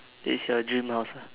is your dream house